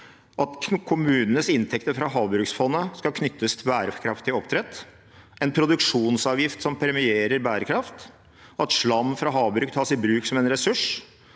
at kommunenes inntekter fra havbruksfondet skal knyttes til bærekraftig oppdrett, en produksjonsavgift som premierer bærekraft, at slam fra havbruk tas i bruk som en ressurs,